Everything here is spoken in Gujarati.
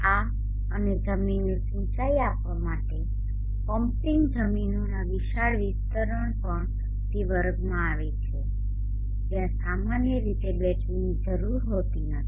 આ અને જમીનને સિંચાઈ આપવા માટે પમ્પિંગ જમીનોના વિશાળ વિસ્તરણ પણ તે વર્ગમાં આવે છે જ્યાં સામાન્ય રીતે બેટરીની જરૂર હોતી નથી